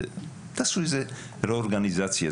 תעשו רה-אורגניזציה.